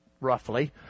roughly